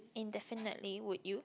indefinitely would you